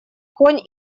конь